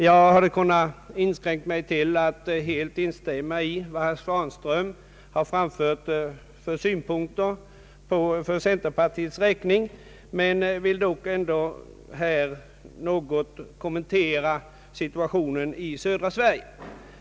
Jag hade kunnat inskränka mig till att helt instämma i herr Svanströms synpunkter för centerpartiets räkning men vill dock något kommentera situationen i södra Sverige.